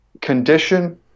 condition